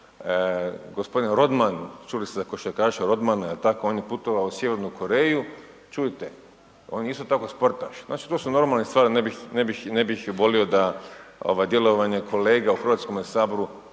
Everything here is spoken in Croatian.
gospodin Rodman, čuli ste za košarkaša Rodmana on je putovao u Sjevernu Koreju čujte on je isto tako sportaš. Znači to su normalne stvari, ne bih volio da djelovanje kolega u Hrvatskome saboru